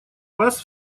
вас